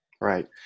Right